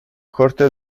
corte